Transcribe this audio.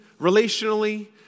relationally